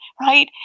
right